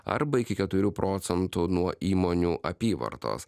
arba iki keturių procentų nuo įmonių apyvartos